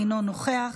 אינו נוכח,